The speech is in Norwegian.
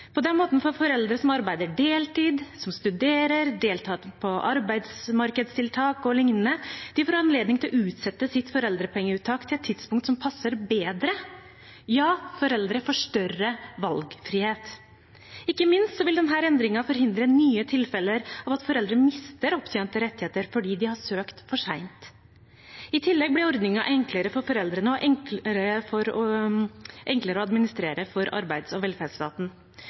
På den måten får foreldre som arbeider deltid, som studerer, deltar på arbeidsmarkedstiltak og lignende, anledning til å utsette sitt foreldrepengeuttak til et tidspunkt som passer bedre. Ja, foreldre får større valgfrihet. Ikke minst vil denne endringen forhindre nye tilfeller av at foreldre mister opptjente rettigheter fordi de har søkt for sent. I tillegg blir ordningen enklere for foreldrene og enklere å administrere for arbeids- og